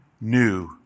new